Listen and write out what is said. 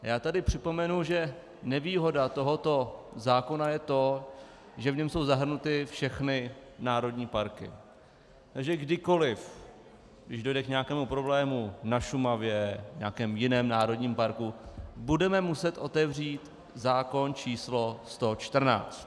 A já tady připomenu, že nevýhoda tohoto zákona je to, že v něm jsou zahrnuty všechny národní parky, takže kdykoli když dojde k nějakému problému na Šumavě, v nějakém jiném národním parku, budeme muset otevřít zákon č. 114.